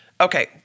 Okay